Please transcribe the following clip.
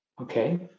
okay